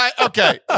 okay